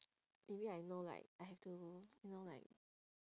maybe I know like I have to you know like